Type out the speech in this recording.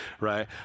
right